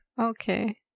Okay